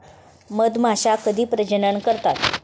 मधमाश्या कधी प्रजनन करतात?